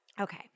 Okay